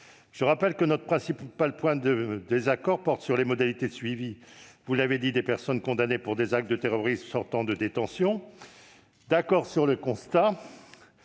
Je rappelle que notre principal point de désaccord porte sur les modalités de suivi des personnes condamnées pour des actes de terrorisme sortant de détention. Nous sommes d'accord sur le constat